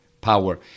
power